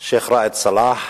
שיח' ראאד סלאח,